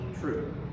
true